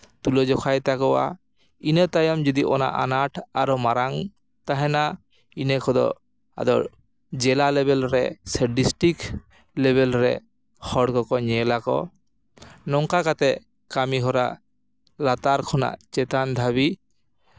ᱛᱩᱞᱟᱹ ᱡᱚᱠᱷᱟᱭ ᱛᱟᱠᱚᱣᱟ ᱤᱱᱟᱹ ᱛᱟᱭᱚᱢ ᱡᱩᱫᱤ ᱚᱱᱟ ᱟᱱᱟᱴ ᱟᱨᱚ ᱢᱟᱨᱟᱝ ᱛᱟᱦᱮᱸᱱᱟ ᱤᱱᱟᱹ ᱠᱚᱫᱚ ᱟᱫᱚ ᱡᱮᱞᱟ ᱞᱮᱵᱮᱞ ᱨᱮ ᱥᱮ ᱰᱤᱥᱴᱤᱠ ᱞᱮᱵᱮᱞ ᱨᱮ ᱦᱚᱲ ᱠᱚᱠᱚ ᱧᱮᱞ ᱟᱠᱚ ᱱᱚᱝᱠᱟ ᱠᱟᱛᱮᱫ ᱠᱟᱹᱢᱤᱦᱚᱨᱟ ᱞᱟᱛᱟᱨ ᱠᱷᱚᱱᱟᱜ ᱪᱮᱛᱟᱱ ᱫᱷᱟᱹᱵᱤᱡ